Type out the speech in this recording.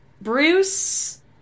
Bruce